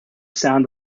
sound